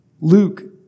Luke